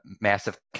Massive